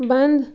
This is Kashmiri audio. بنٛد